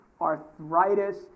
arthritis